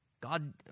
God